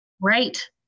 right